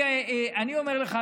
אני אומר לך,